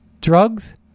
Drugs